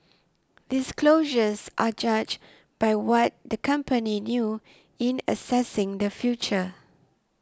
disclosures are judged by what the company knew in assessing the future